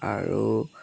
আৰু